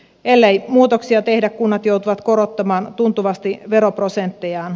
ellei muutoksia tehdä kunnat joutuvat korottamaan tuntuvasti veroprosenttejaan